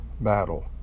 Battle